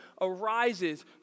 arises